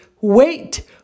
Wait